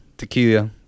Tequila